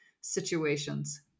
situations